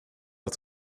att